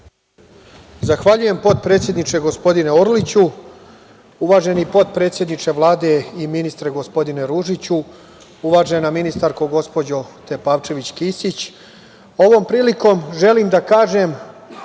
Zahvaljujem, potpredsedniče, gospodine Orliću. Uvaženi potpredsedniče Vlade i ministre, gospodine Ružiću, uvažena ministarko, gospođo Tepavčević-Kisić, ovom prilikom želim da kažem